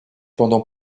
pendant